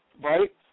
right